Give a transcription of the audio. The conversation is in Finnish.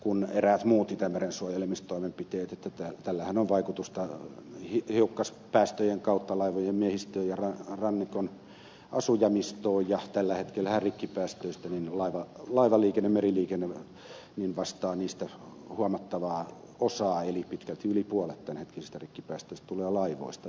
kun eräät muut itämeren suojelemistoimenpiteidentetään tällähän on vaikutusta hiukkaspäästöjen kautta laivojen miehistöön ja rannikon asujaimistoon ja tällä hetkellähän rikkipäästöistä laivaliikenne meriliikenne vastaa huomattavaa osaa eli pitkälti yli puolet tämänhetkisistä rikkipäästöistä tulee laivoista